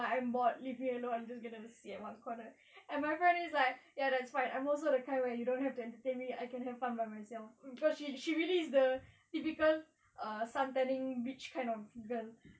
I'm bored leave me alone I'm just gonna sit at one corner and my friend is like ya that's fine I'm also the kind where you don't have to entertain me I can have fun by myself she she really is the typical uh suntanning beach kind of girl